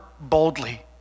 boldly